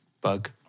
Bug